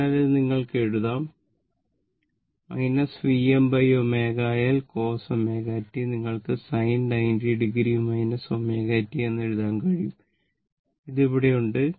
അതിനാൽ ഇത് നിങ്ങൾക്ക് എഴുതാം Vmω L cos ω t നിങ്ങൾക്ക് sin 90 o ω t എന്ന് എഴുതാൻ കഴിയും ഇത് അവിടെയുണ്ട്